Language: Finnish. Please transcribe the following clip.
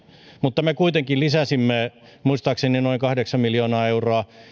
mutta me kuitenkin lisäsimme muistaakseni noin kahdeksan miljoonaa euroa